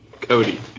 Cody